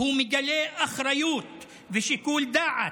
הוא מגלה אחריות ושיקול דעת,